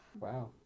Wow